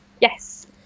Yes